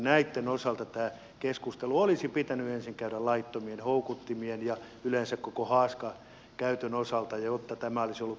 näitten osalta tämä keskustelu olisi pitänyt ensin käydä laittomien houkuttimien ja yleensä koko haaskan käytön osalta jotta tämä olisi ollut selväpiirteisempää